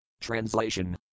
Translation